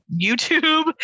YouTube